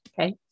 Okay